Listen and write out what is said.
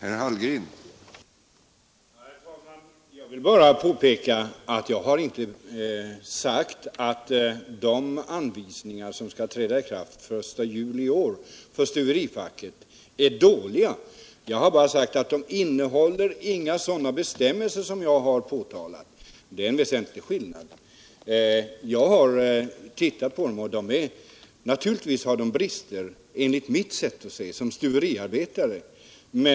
Herr talman! Jag vill bara påpeka att jag inte har sagt att de anvisningar för stuverifacket som skall träda i kraft den 1 juli i år är dåliga. Jag har bara sagt att de inte innehåller några bestämmelser av det slag som jag har efterlyst, och det är en väsentlig skillnad. Jag har tittat på dessa anvisningar. Naturligtvis har de brister såsom jag som stuveriarbetare ser det.